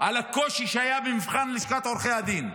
על הקושי שהיה במבחן לשכת עורכי הדין.